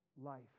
life